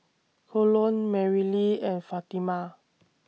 Colon Merrilee and Fatima